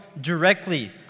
directly